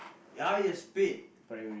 ya it's paid